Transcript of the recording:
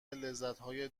لذتهای